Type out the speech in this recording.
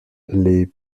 les